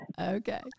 Okay